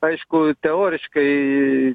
aišku teoriškai